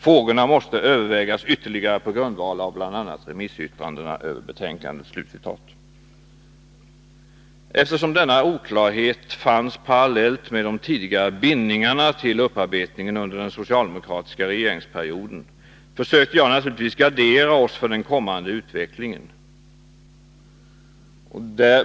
Frågorna måste övervägas ytterligare på grundval av bl.a. remissyttrandena över betänkandet. -—--” Eftersom denna oklarhet fanns parallellt med de tidigare bindningarna till upparbetningen från den socialdemokratiska regeringsperioden försökte jag naturligtvis gardera oss för den kommande utvecklingen.